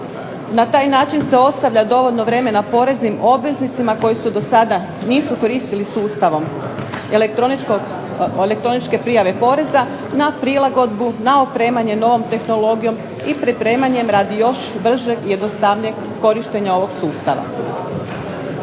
na taj način se ostavlja dovoljno vremena poreznim obveznicima koji se do sada nisu koristili sustavom elektroničke prijave poreza na prilagodbu, na opremanje novom tehnologijom i pripremanjem radi još bržeg korištenja ovog sustava.